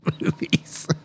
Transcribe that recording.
movies